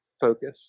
focus